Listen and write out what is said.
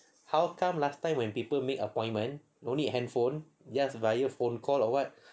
how come last time when people make appointment only handphone just via phone call or what